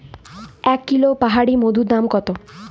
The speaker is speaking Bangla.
এক কিলোগ্রাম পাহাড়ী মধুর দাম কত?